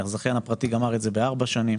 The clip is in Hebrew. הזכיין הפרטי גמר את זה בארבע שנים.